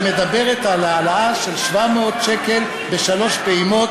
שמדברת על העלאה של 700 שקל בשלוש פעימות.